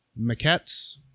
maquettes